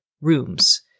rooms